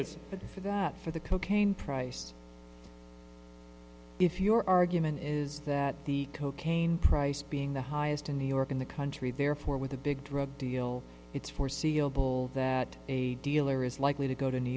good for that for the cocaine price if your argument is that the cocaine price being the highest in new york in the country therefore with the big drug deal it's foreseeable that a dealer is likely to go to new